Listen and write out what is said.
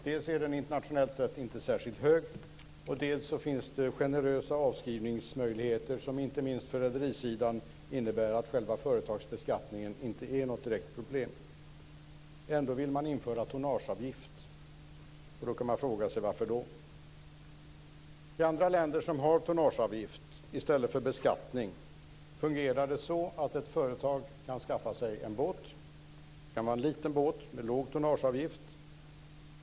Dels är den internationellt sett inte särskilt hög, dels finns det generösa avskrivningsmöjligheter, som inte minst från rederisidan innebär att själva företagsbeskattningen inte är något direkt problem. Ändå vill man införa tonnageavgift. Varför då? I andra länder som har tonnageavgift i stället för beskattning fungerar det så att ett företag kan skaffa sig en båt. Det kan vara en liten båt med en låg tonnageavgift.